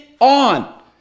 on